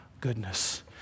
goodness